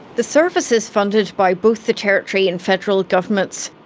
the service is funded by both the territory and federal governments.